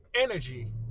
energy